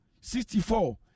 sixty-four